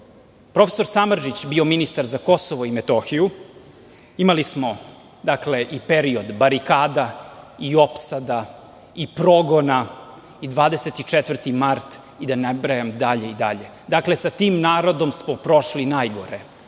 prof. Samardžić bio ministar za Kosovo i Metohiju imali smo i period barikada i opsada i progona i 24. mart i da ne nabrajam dalje i dalje. Dakle, sa tim narodom smo prošli najgore.